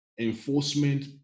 enforcement